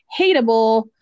hateable